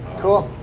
cool.